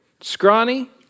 scrawny